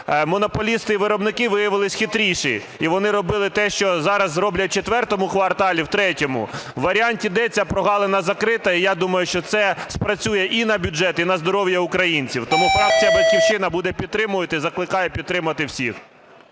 монополісти і виробники виявились хитріші. І вони робили те, що зараз роблять в четвертому кварталі, в третьому. У варіанті "д" ця прогалина закрита. І я думаю, що це спрацює і на бюджет, і на здоров'я українців. Тому фракція "Батьківщина" буде підтримувати і закликає підтримати всіх.